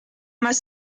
más